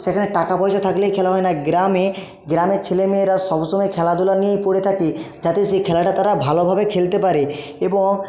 সেখানে টাকা পয়সা থাকলেই খেলা হয় না গ্রামে গ্রামের ছেলে মেয়েরা সবসময় খেলাধুলা নিয়েই পড়ে থাকে যাতে সেই খেলাটা তারা ভালোভাবে খেলতে পারে এবং